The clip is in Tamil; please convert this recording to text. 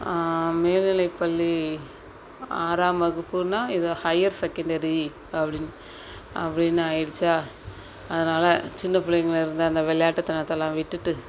மேல்நிலைப்பள்ளி ஆறாம் வகுப்புனா இது ஹையர் செகண்டரி அப்டின்னு அப்படின்னு ஆகிடுச்சா அதனால் சின்ன பிள்ளைங்கள்ல இருந்த அந்த விளையாட்டுத்தனத்தைலாம் விட்டுவிட்டு